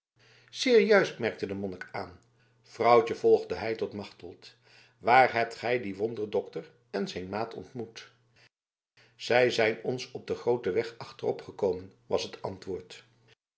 juist merkte de monnik aan vrouwtje vervolgde hij tot machteld waar hebt gij dien wonderdokter en zijn maat ontmoet zij zijn ons op den grooten weg achterop gekomen was het antwoord